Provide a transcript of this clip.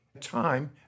time